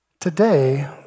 Today